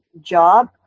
job